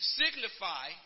signify